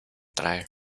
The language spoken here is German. drei